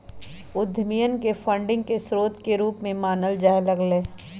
उद्यमियन के फंडिंग के स्रोत के रूप में मानल जाय लग लय